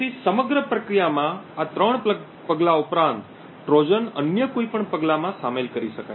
તેથી સમગ્ર પ્રક્રિયામાં આ ત્રણ પગલા ઉપરાંત ટ્રોજન અન્ય કોઈપણ પગલામાં શામેલ કરી શકાય છે